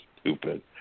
stupid